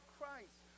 Christ